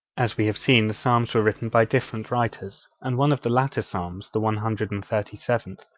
as we have seen, the psalms were written by different writers, and one of the later psalms, the one hundred and thirty seventh,